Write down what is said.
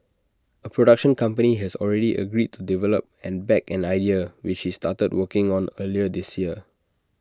A production company has already agreed to develop and back an idea which he started working on earlier this year